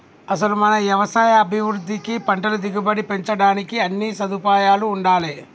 అసలు మన యవసాయ అభివృద్ధికి పంటల దిగుబడి పెంచడానికి అన్నీ సదుపాయాలూ ఉండాలే